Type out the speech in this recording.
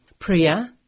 Priya